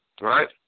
right